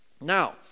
Now